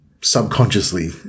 subconsciously